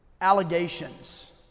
Allegations